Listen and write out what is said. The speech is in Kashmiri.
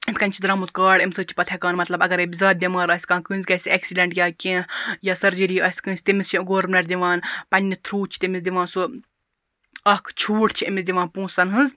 یِتھ کَنۍ چھُ درامُت کاڈ امہِ سۭتۍ چھِ پَتہٕ ہیٚکان مَطلَب اَگَر زیاد بیٚمار آسہِ کانٛہہ کٲنٛسہِ گَژھِ ایٚکسِڈنٹ یا کینٛہہ یا سرجری آسہِ کٲنٛسہِ تمس چھ گورمنٹ دِوان پَننہِ تھروٗ چھ تمِس دِوان سُہ اکھ چھوٗٹ چھ امس دِوان پونٛسَن ہٕنٛز